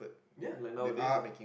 ya like nowadays ah